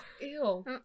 Ew